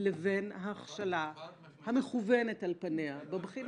לבין ההכשלה המכוונת על פניה בבחינה?